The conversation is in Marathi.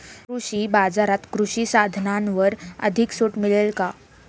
कृषी बाजारात कृषी साधनांवर अधिक सूट मिळेल का?